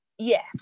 Yes